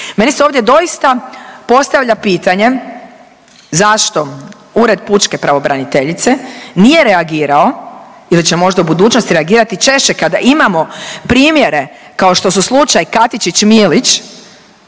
Meni se ovdje doista postavlja pitanje zašto Ured pučke pravobraniteljice nije reagirao ili će možda u budućnosti reagirati češće kada imamo primjere kao što su slučaj Katičić – Milić